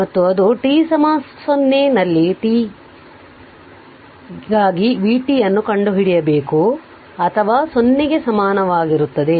ಮತ್ತು ಅದು t 0 ನಲ್ಲಿ t ಗಾಗಿ v t ಅನ್ನು ಕಂಡುಹಿಡಿಯಬೇಕು ಅಥವಾ 0 ಗೆ ಸಮನಾಗಿರುತ್ತದೆ